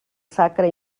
sacre